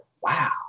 wow